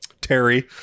Terry